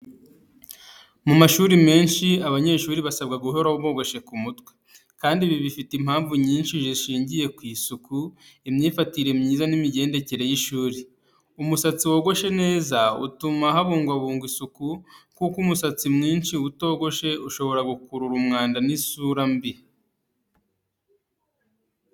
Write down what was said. Mu mashuri menshi, abanyeshuri basabwa guhora bogoshe ku mutwe, kandi ibi bifite impamvu nyinshi zishingiye ku isuku, imyifatire myiza n’imigendekere y’ishuri. Umusatsi wogoshwe neza utuma habungwabungwa isuku, kuko umusatsi mwinshi utogoshe ushobora gukurura umwanda n’isura mbi.